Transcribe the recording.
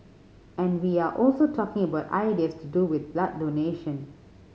and we are also talking about ideas to do with blood donation